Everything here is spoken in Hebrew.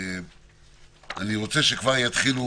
שאני רוצה שכבר יתחילו